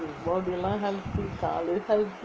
body லாம்:laam healthy காலு:kaalu healthy